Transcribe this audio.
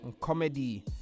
comedy